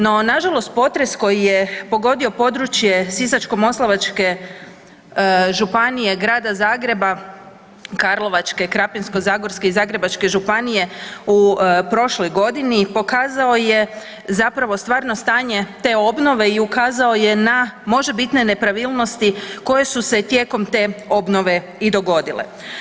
No, na žalost potres koji je pogodio područje Sisačko-moslavačke županije, Grada Zagreba, Karlovačke, Krapinsko-zagorske i Zagrebačke županije u prošloj godini pokazao je zapravo stvarno stanje te obnove i ukazao je na možebitne nepravilnosti koje su se tijekom te obnove i dogodile.